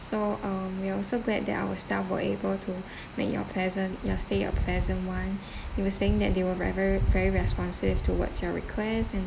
so um we're also glad that our staff were able to make your pleasant your stay a pleasant one you were saying that they were rather very responsive towards your request and